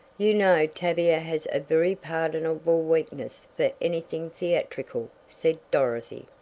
you know tavia has a very pardonable weakness for anything theatrical, said dorothy.